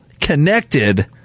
connected